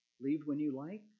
leave-when-you-like